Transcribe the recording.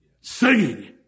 Singing